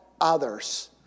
others